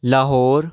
Lahore